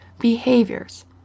behaviors